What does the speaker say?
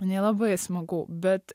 nelabai smagu bet